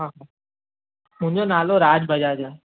हा मुंहिंजो नालो राज बजाज आहे